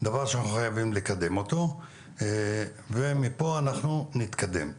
דבר שאנחנו חייבים לקדם אותו ומפה אנחנו נתקדם.